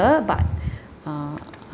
but uh